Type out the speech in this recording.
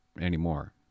anymore